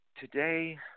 today